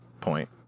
point